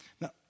Now